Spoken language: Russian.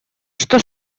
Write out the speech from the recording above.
что